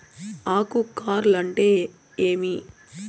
ఆకు కార్ల్ అంటే ఏమి?